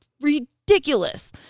ridiculous